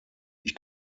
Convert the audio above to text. ich